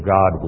God